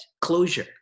closure